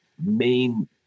main